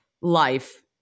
life